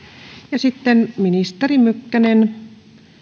ja sitten ministeri mykkänen